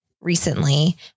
recently